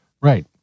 Right